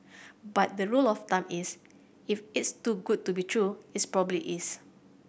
but the rule of thumb is if it's too good to be true its probably is